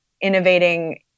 innovating